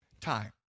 time